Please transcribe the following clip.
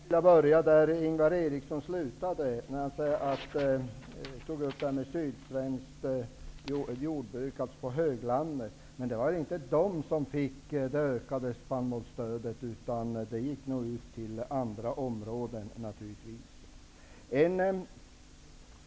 Fru talman! Jag skulle vilja börja där Ingvar Eriksson slutade. Han tog upp de sydsvenska jordbruken på småländska höglandet, men det var inte de som fick det ökade spannmålsstödet, utan det gick naturligtvis ut till andra områden.